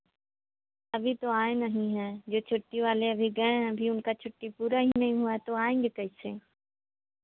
अभी तो आए नहीं हैं ये छुट्टी वाले अभी गए हैं अभी उनका छुट्टी पूरा ही नहीं हुआ तो आएंगे कैसे